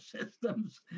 systems